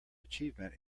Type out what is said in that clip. achievement